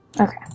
Okay